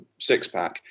Sixpack